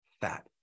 fat